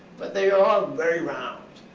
but they are all very round.